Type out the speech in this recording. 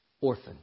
Orphan